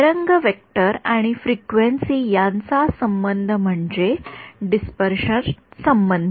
तरंग vector आणि frequency यांचा संबंध म्हणजे डिस्पर्शन संबंध